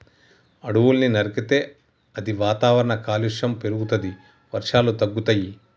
అడవుల్ని నరికితే అది వాతావరణ కాలుష్యం పెరుగుతది, వర్షాలు తగ్గుతయి